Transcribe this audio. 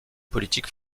politique